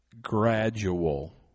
Gradual